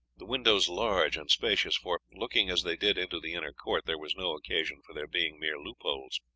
the windows large and spacious, for, looking as they did into the inner court, there was no occasion for their being mere loopholes.